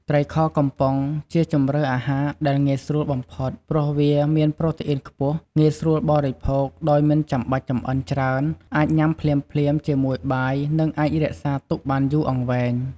ត្រីខកំប៉ុង ជាជម្រើសអាហារដែលងាយស្រួលបំផុតព្រោះវា មានប្រូតេអ៊ីនខ្ពស់ ងាយស្រួលបរិភោគដោយមិនចាំបាច់ចម្អិនច្រើន អាចញ៉ាំភ្លាមៗជាមួយបាយនឹងអាចរក្សាទុកបានយូរអង្វែង។